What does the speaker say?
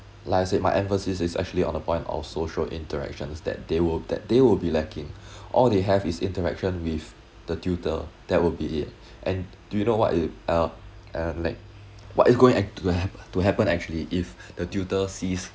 like I said my emphasis is actually on the point of social interactions that they will that they will be lacking all they have is interaction with the tutor that would be it and do you know what it~ uh uh like what is going to hap~ to happen actually if the tutor sees